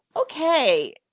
okay